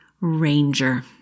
Ranger